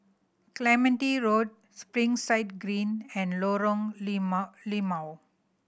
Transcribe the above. Clementi Road Springside Green and Lorong Limau Limau